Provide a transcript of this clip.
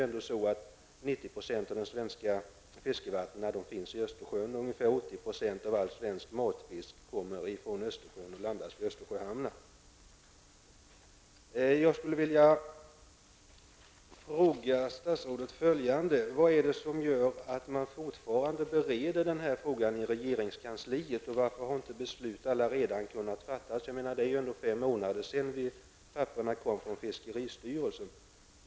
90 % av de svenska fiskevattnen finns i Östersjön, och ungefär 80 % av all svensk matfisk kommer från Östersjön och landas vid Östersjöhamnar. Jag skulle vilja fråga statsrådet: Vad är det som gör att man fortfarande bereder den här frågan i regeringskansliet, och varför har beslut inte redan kunnat fattas? Det är ju ändå fem månader sedan papperen kom från fiskeristyrelsen.